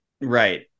right